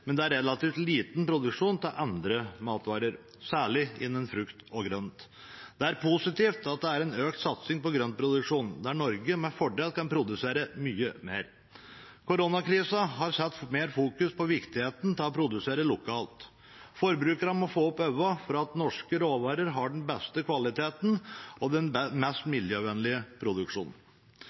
det er en relativt liten produksjon av andre matvarer, særlig innenfor frukt og grønt. Det er positivt at det er en økt satsing på grøntproduksjon, der Norge med fordel kan produsere mye mer. Koronakrisa har satt mer i fokus viktigheten av å produsere lokalt. Forbrukerne må få opp øynene for at norske råvarer har den beste kvaliteten og den mest miljøvennlige produksjonen.